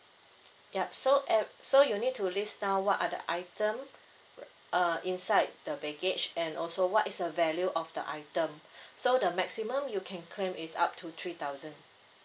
yup so uh so you need to list down what are the item uh inside the baggage and also what is the value of the item so the maximum you can claim is up to three thousand